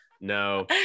No